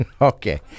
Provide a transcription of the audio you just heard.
Okay